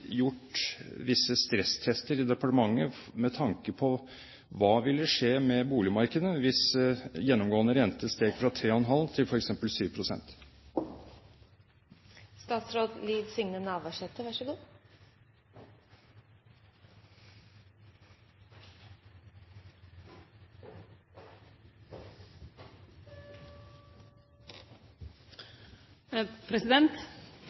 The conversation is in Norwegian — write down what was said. gjort visse stresstester i departementet med tanke på hva som ville skje med boligmarkedet hvis gjennomgående rente steg fra 3 ½ til